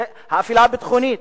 אפלה ביטחונית,